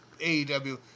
AEW